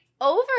Over